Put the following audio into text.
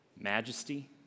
Majesty